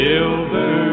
Silver